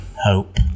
hope